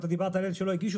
אתה דיברת על אלו שלא הגישו,